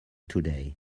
today